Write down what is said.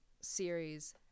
series